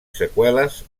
seqüeles